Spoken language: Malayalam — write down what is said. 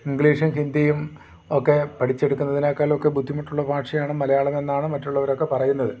ഇംഗ്ലീഷും ഹിന്ദിയും ഒക്കെ പഠിച്ചെടുക്കുന്നതിനേക്കാളൊക്കെ ബുദ്ധിമുട്ടുള്ള ഭാഷയാണ് മലയാളമെന്നാണ് മറ്റുള്ളവരൊക്കെ പറയുന്നത്